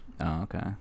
okay